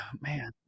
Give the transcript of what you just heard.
man